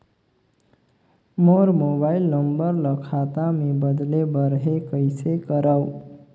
मोर mobile number ल खाता मे बदले बर हे कइसे करव?